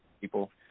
people